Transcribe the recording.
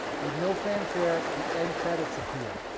with no fanfare, the end credits appear.